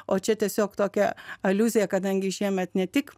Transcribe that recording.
o čia tiesiog tokia aliuzija kadangi šiemet ne tik